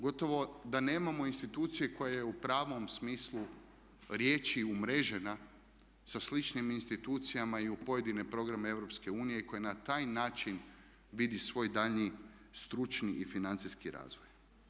Gotovo da nemamo institucije koja je u pravom smislu riječi umrežena sa sličnim institucijama i u pojedine programe EU i koja na taj način vidi svoj daljnji stručni i financijski razvoj.